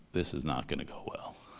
this is not gonna go well.